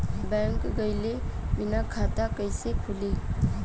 Bank गइले बिना खाता कईसे खुली?